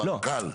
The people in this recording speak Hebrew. ברק"ל.